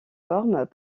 formes